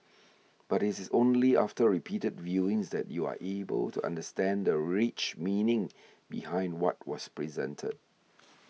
but it is only after repeated viewings that you are able to understand the rich meaning behind what was presented